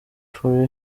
for